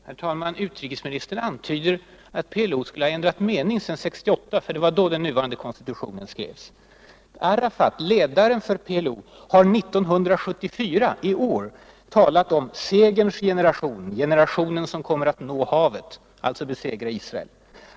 Herr talman! Utrikesministern antyder att PLO skulle ha ändrat mening sedan 1968 — ty 1968 var det år då den nuvarande konstitutionen skrevs. Arafat, ledaren för PLO, har i år, 1974, bl.a. talat om ”segerns generation, generationen som kommer att nå havet -—--”— alltså besegra Israel.